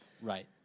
Right